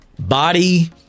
Body